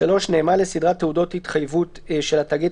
(3)נאמן לסדרת תעודות התחייבות של התאגיד,